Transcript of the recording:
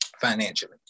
financially